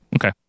Okay